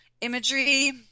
imagery